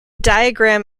diagram